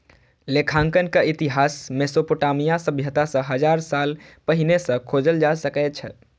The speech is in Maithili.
लेखांकनक इतिहास मोसोपोटामिया सभ्यता सं हजार साल पहिने सं खोजल जा सकै छै